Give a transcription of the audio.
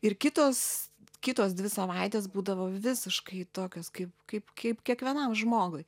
ir kitos kitos dvi savaitės būdavo visiškai tokios kaip kaip kaip kiekvienam žmogui